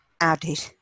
added